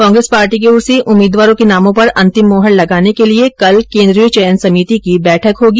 Congress party की ओर से उम्मीदवारों के नामों पर अंतिम मोहर लगाने के लिए कल केन्द्रीय चयन समिति की बैठक होगी